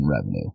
revenue